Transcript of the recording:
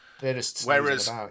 Whereas